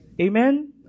Amen